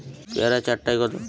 পেয়ারা চার টায় কত?